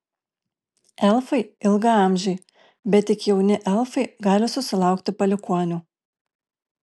elfai ilgaamžiai bet tik jauni elfai gali susilaukti palikuonių